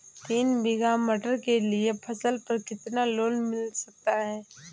तीन बीघा मटर के लिए फसल पर कितना लोन मिल सकता है?